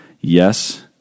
yes